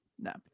No